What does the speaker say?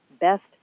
best